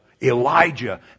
Elijah